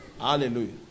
hallelujah